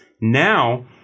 Now